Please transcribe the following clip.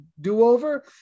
do-over